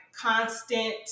constant